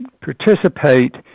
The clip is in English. participate